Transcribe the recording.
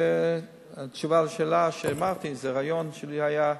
והתשובה על השאלה, זה היה רעיון שלי,